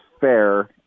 fair